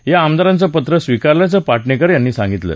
या आमदारांचं पत्र स्वीकारल्याचं पाटणेकर यांनी सांगितलं